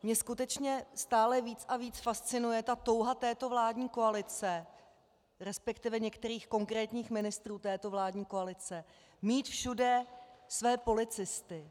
Mě skutečně stále víc a víc fascinuje ta touha této vládní koalice, resp. některých konkrétních ministrů této vládní koalice, mít všude své policisty.